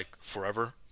forever